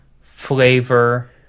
flavor